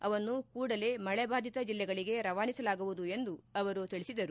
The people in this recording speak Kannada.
ಅವನ್ನು ಕೂಡಲೇ ಮಳೆ ಬಾಧಿತ ಜಿಲ್ಲೆಗಳಗೆ ರವಾನಿಸಲಾಗುವುದು ಎಂದು ತಿಳಿಸಿದರು